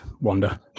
wander